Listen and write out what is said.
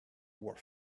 were